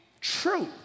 true